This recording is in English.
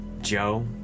Joe